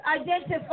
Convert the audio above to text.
identify